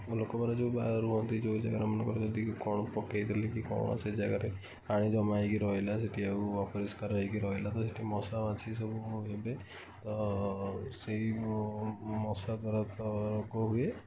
ଲୋକମାନେ ଯେଉଁ ରୁହନ୍ତି ଯେଉଁ ଯାଗାମାନଙ୍କରେ ଯଦି କ'ଣ ପକାଇ ଦେଲେ କ'ଣ କି ସେ ଯାଗରେ ପାଣି ଜମା ହେଇକି ରହିଲା ସେଇଠି ଆଉ ଅପରିଷ୍କାର ହେଇକି ରହିଲା ସେଇଠି ମଶା ମାଛି ସବୁ ହେବେ ତ ସେଇ ମଶା ଦ୍ୱାରା ତ ରୋଗ ହୁଏ